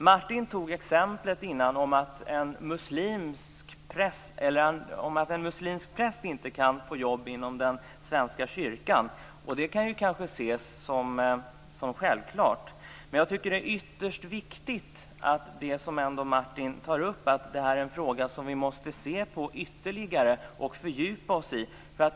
Martin Nilsson tog exemplet med att en muslimsk präst inte kan få jobb inom den svenska kyrkan. Det kan kanske ses som självklart. Men jag tycker att det är ytterst viktigt, som Martin Nilsson tar upp, att det här är en fråga som vi måste se på ytterligare och fördjupa oss i.